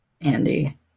Andy